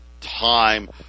time